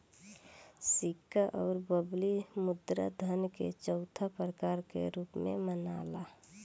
सिक्का अउर बबली मुद्रा धन के चौथा प्रकार के रूप में मनाला